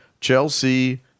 Chelsea